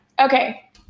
Okay